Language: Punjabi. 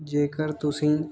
ਜੇਕਰ ਤੁਸੀਂ